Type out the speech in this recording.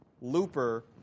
Looper